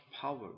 power